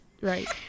right